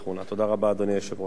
תודה רבה, אדוני היושב-ראש.